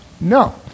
No